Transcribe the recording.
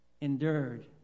endured